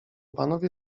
panowie